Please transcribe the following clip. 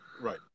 Right